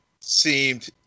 seemed